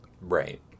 right